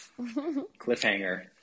Cliffhanger